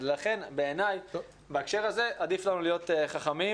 לכן בעיני בהקשר הזה עדיף לנו להיות חכמים